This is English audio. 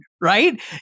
right